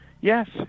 Yes